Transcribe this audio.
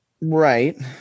Right